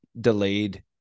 delayed